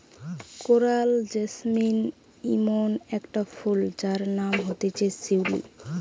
coral jasmine ইমন একটা ফুল যার নাম হতিছে শিউলি